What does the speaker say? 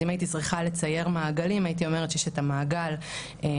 אז אם הייתי צריכה לצייר מעגלים הייתי אומרת שיש את המעגל של